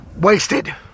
Wasted